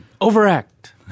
overact